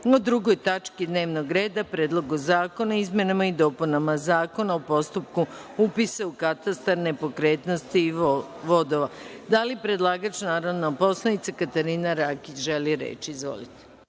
o 2. tački dnevnog reda - Predlogu zakona o izmenama i dopunama Zakona o postupku upisa u katastar nepokretnosti i vodova. Da li predlagač narodna poslanica Katarina Rakić želi reč? (Da.)Reč